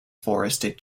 forested